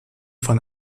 von